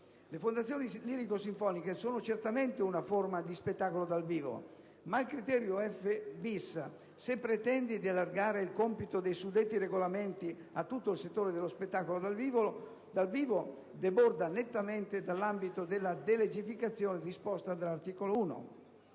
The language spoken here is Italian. Le fondazioni lirico‑sinfoniche sono certamente una forma di spettacolo dal vivo, ma il criterio f‑*bis)*, se pretende di allargare il compito dei suddetti regolamenti a tutto il settore dello spettacolo dal vivo, deborda nettamente dall'ambito della delegificazione disposta dall'articolo 1.